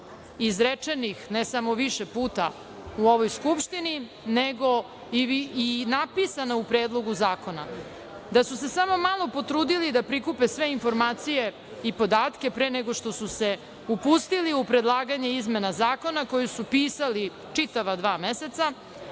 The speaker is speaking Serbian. izrečenih ne samo više puta u ovoj Skupštini, nego i napisana u Predlogu zakona. Da su se samo malo potrudili da prikupe sve informacije i podatke, pre nego što su se upustili u predlaganje izmena zakona, koji su pisali čitava dva meseca,